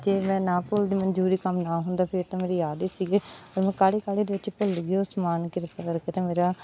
ਜੇ ਮੈਂ ਨਾ ਭੁੱਲਦੀ ਮੈਨੂੰ ਜ਼ਰੂਰੀ ਕੰਮ ਨਾ ਹੁੰਦਾ ਫਿਰ ਤਾਂ ਮੇਰੇ ਯਾਦ ਹੀ ਸੀਗੇ ਮੈਂ ਕਾਹਲੀ ਕਾਹਲੀ ਦੇ ਵਿੱਚ ਭੁੱਲ ਗਈ ਉਹ ਸਮਾਨ ਕਿਰਪਾ ਕਰਕੇ ਤਾਂ ਮੇਰਾ